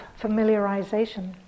familiarization